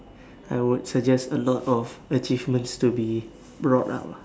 I would suggest a lot of achievements to be brought up lah